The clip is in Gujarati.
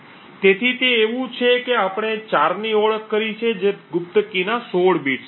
તેથી તે એવું છે કે આપણે 4 ની ઓળખ કરી છે જે ગુપ્ત કીના 16 બિટ્સ છે